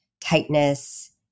tightness